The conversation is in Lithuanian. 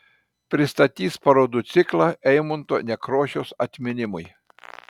pristatys parodų ciklą eimunto nekrošiaus atminimui